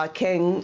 king